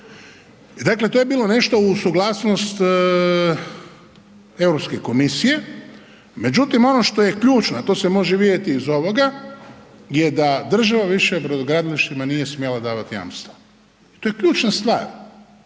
dakle to je bilo nešto uz suglasnost Europske komisije međutim ono što je ključno a to se može vidjeti iz ovoga je da država više brodogradilištima nije smjela davati jamstva. To je ključna stvar,